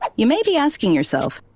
um you may be asking yourself,